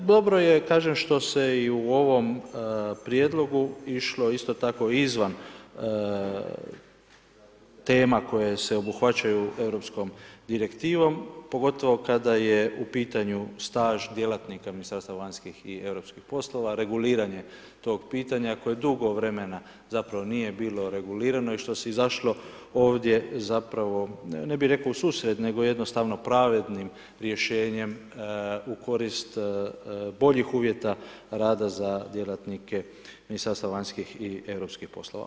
Dobro je kažem što se i u ovom prijedlogu išlo isto tako izvan tema koje se obuhvaćaju europskom direktivom pogotovo kada je u pitanju staž djelatnika Ministarstva vanjskih i europskih poslova reguliranje tog pitanja koje dugo vremena zapravo nije bilo regulirano i što je izašlo ovdje zapravo ne bih rekao u susret nego jednostavno pravednim rješenjem u korist boljih uvjeta rada za djelatnike Ministarstva vanjskih i europskih poslova.